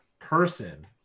person